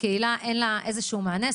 אין לה איזשהו מענה?